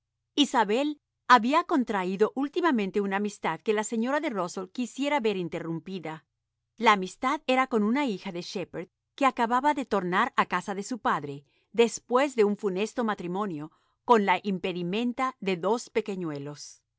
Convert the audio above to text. había contraído últimamente una amistad que la señora de rusell quisiera ver interrumpida la amistad era mi una hija de shepherd que acababa de tornar a casa de su padre después de un funesto matrimonio con la impedimenta de dos pequeñuelos